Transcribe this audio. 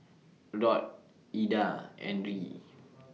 Rod Ida and Ri